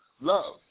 love